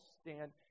stand